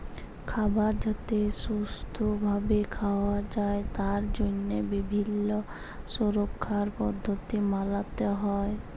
খাবার যাতে সুস্থ ভাবে খাওয়া যায় তার জন্হে বিভিল্য সুরক্ষার পদ্ধতি মালতে হ্যয়